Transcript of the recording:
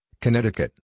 Connecticut